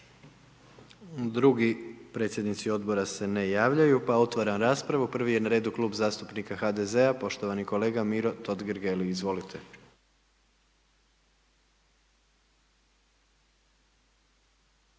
Drugi predsjednici odbora se ne javljaju, pa otvaram raspravu, prvi je na redu Klub zastupnika HDZ-a poštovani kolega Miro Totgergeli, izvolite.